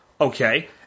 Okay